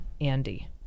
Andy